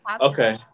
Okay